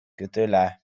көтелә